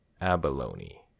Abalone